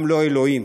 גם אלוהים